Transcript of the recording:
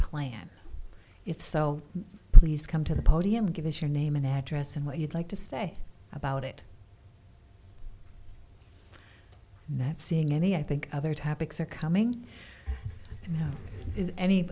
plan if so please come to the podium give us your name and address and what you'd like to say about it that's seeing any i think other topics are coming in any